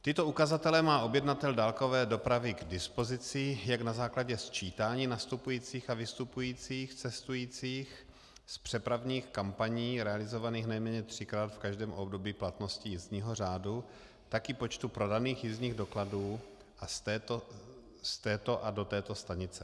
Tyto ukazatele má objednatel dálkové dopravy k dispozici jak na základě sčítání nastupujících a vystupujících cestujících z přepravních kampaní realizovaných nejméně třikrát v každém období platnosti jízdního řádu, tak i počtu prodaných jízdních dokladů z této a do této stanice.